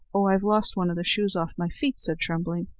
oh! i've lost one of the shoes off my feet, said trembling.